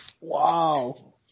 Wow